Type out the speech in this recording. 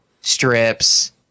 strips